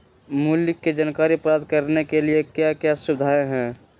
मूल्य के जानकारी प्राप्त करने के लिए क्या क्या सुविधाएं है?